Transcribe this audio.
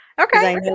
Okay